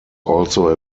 also